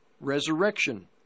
resurrection